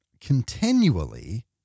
continually